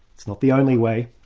it's not the only way.